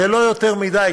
זה לא יותר מדי,